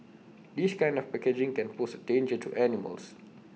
this kind of packaging can pose danger to animals